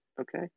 okay